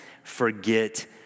forget